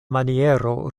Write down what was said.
maniero